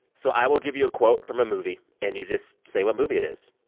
so i will give you a quote from a movie, and you just say what movie it is.